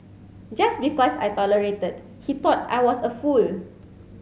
just because I tolerated he thought I was a fool